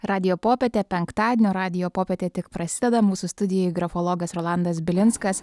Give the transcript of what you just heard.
radijo popietė penktadienio radijo popietė tik prasideda mūsų studijoj grafologas rolandas bilinskas